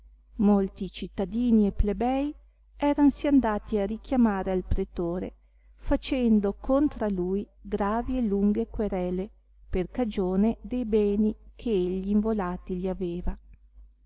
molti cittadini e plebei eransi andati a richiamare al pretore facendo contra lui gravi e lunghe querele per cagione de beni che egli involati gli aveva